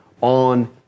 on